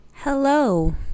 Hello